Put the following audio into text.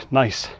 nice